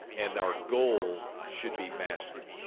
and our goal should be mastery.